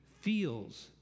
feels